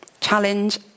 challenge